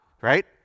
right